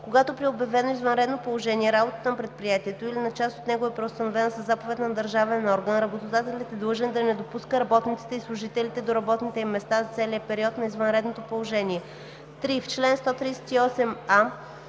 Когато при обявено извънредно положение работата на предприятието или на част от него е преустановена със заповед на държавен орган, работодателят е длъжен да не допуска работниците или служителите до работните им места за целия период на извънредното положение.“